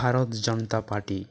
Bharat Janata party